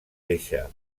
deixa